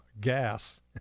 gas